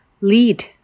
Lead